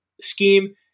scheme